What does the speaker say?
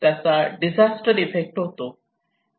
त्याचा disaster effect होतो